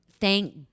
thank